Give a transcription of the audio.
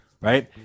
right